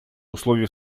условия